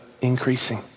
increasing